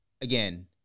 again